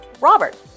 Robert